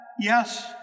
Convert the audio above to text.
yes